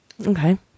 Okay